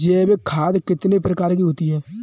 जैविक खाद कितने प्रकार की होती हैं?